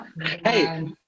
Hey